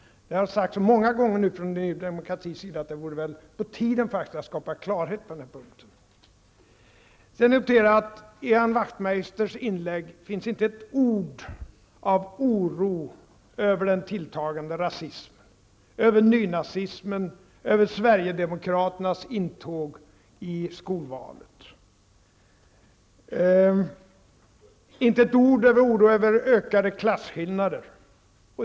Man har från ny demokratis sida många gånger sagt att det vore på tiden att skapa klarhet på den punkten. Jag noterade att det i Ian Wachtmeisters inlägg inte finns ett ord av oro över den tilltagande rasimen, nynazismen och Sverigedemokraternas intåg i skolvalet, och inte ett ord om ökade klasskillnader.